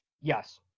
Yes